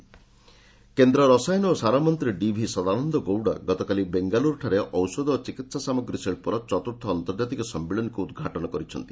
Gowda pharma କେନ୍ଦ୍ର ରସାୟନ ଓ ସାରମନ୍ତ୍ରୀ ଡିଭି ସଦାନନ୍ଦ ଗୌଡା ଗତକାଲି ବେଙ୍ଗାଲ୍ରରଠାରେ ଔଷଧ ଓ ଚିକିତ୍ସା ସାମଗ୍ରୀ ଶିଳ୍ପର ଚତୁର୍ଥ ଆର୍ନ୍ତଜାତୀୟ ସମ୍ମିଳନୀକୁ ଉଦ୍ଘାଟନ କରିଛନ୍ତି